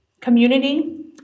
community